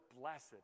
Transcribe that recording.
blessed